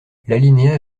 l’alinéa